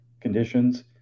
conditions